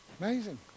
Amazing